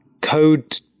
Code